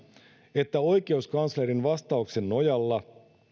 että oikeuskanslerin vastauksen nojalla